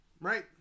Right